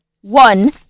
one